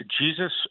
Jesus